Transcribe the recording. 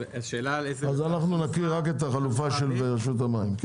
אנחנו נקריא רק את החלופה של רשות המים.